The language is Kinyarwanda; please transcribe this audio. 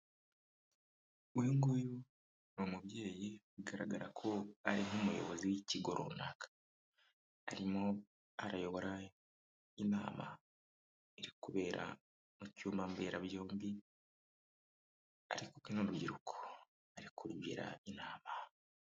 Uyu nguyu ni umubyeyi bigaragara ko ari nk'umuyobozi w'ikigo runaka, arimo arayobora inama iri kubera mu cyumba mbera byombi ariko kumwe n'urubyiruko ari kurugira inama.